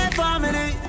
family